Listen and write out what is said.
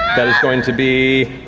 that is going to be a